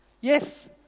Yes